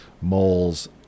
moles